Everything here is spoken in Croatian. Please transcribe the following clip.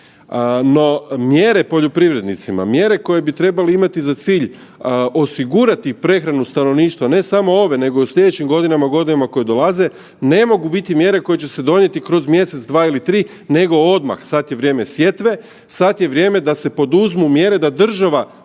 No, mjere poljoprivrednicima, mjere koje bi trebale imati za cilj osigurati prehranu stanovništva ne samo ove nego i u slijedećim godinama, godinama koje dolaze ne mogu biti mjere koje će se donijeti kroz mjesec, dva ili tri nego odmah, sad je vrijeme sjetve, sad je vrijeme da se poduzmu mjere da država